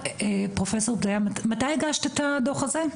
פרופסור דיין מתי הגשת את הדוח הזה?